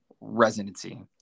residency